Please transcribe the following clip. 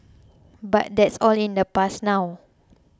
but that's all in the past now